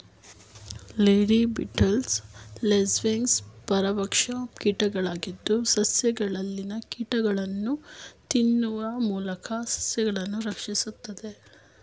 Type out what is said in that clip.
lady beetles, lace wings ಪರಭಕ್ಷ ಕೀಟಗಳಾಗಿದ್ದು, ಸಸ್ಯಗಳಲ್ಲಿನ ಕೀಟಗಳನ್ನು ತಿನ್ನುವ ಮೂಲಕ ಸಸ್ಯಗಳನ್ನು ರಕ್ಷಿಸುತ್ತದೆ